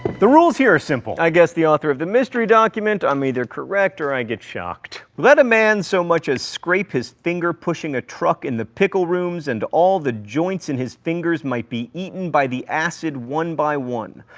the rules here are simple. i guess the author of the mystery document. i'm either correct or i get shocked. let a man so much as scrape his finger pushing a truck in the pickle-rooms, and all the joints in his fingers might be eaten by the acid, one by one.